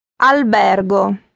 albergo